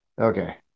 Okay